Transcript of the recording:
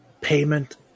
payment